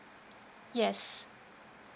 yes